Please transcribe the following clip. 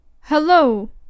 Hello